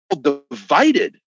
divided